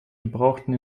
gebrauchten